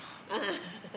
ah